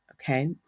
okay